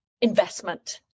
investment